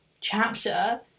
chapter